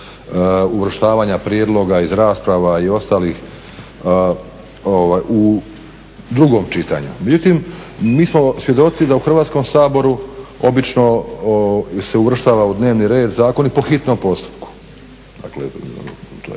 uvrštavanja prijedloga iz rasprava i ostalih u drugom čitanju. Međutim, mi smo svjedoci da u Hrvatskom saboru obično se uvrštava u dnevni red zakoni po hitnom postupku.